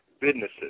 businesses